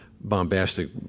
bombastic